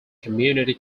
community